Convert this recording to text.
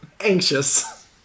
anxious